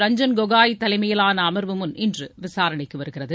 ரஞ்சன் கேகோய் தலைமையிலான அமர்வு முன் இன்று விசாரணைக்கு வருகிறது